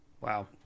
Wow